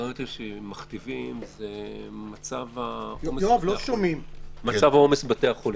מצב העומס בבתי החולים.